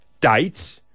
date